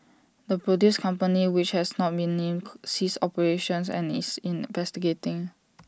the produce company which has not been named ceased operations and is investigating